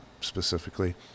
specifically